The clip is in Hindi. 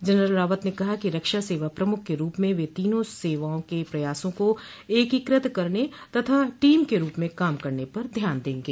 जनरल रावत ने कहा कि रक्षा सेवा प्रमुख के रूप में वे तीनों सेनाओं के प्रयासों को एकीकृत करने तथा टीम के रूप में काम करने पर ध्यान देंगे